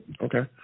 Okay